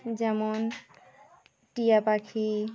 যেমন টিয়া পাখি